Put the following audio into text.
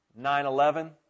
9-11